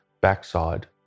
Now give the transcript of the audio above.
backside